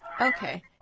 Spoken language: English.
Okay